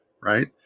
right